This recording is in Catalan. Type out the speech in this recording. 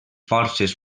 forces